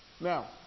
Now